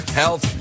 health